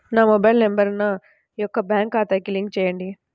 నా mobile number నా యొక్క బ్యాంక్ ఖాతాకి లింక్ చేయండీ?